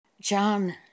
John